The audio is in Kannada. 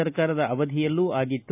ಸರ್ಕಾರದ ಅವಧಿಯಲ್ಲೂ ಆಗಿತ್ತು